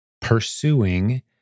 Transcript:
pursuing